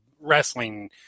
wrestling